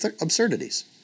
absurdities